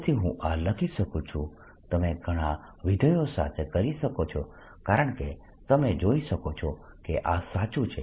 તેથી હું આ લખી શકું છું તમે ઘણા વિધેયો સાથે કરી શકો છો કારણકે તમે જોઈ શકો છો કે આ સાચું છે